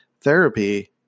therapy